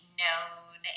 known